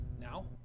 now